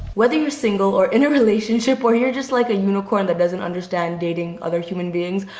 whether you're single or in a relationship or you're just like a unicorn that doesn't understand dating other human beings,